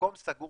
מקום סגור